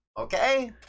okay